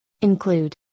include